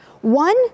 One